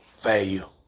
value